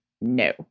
no